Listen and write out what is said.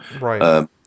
Right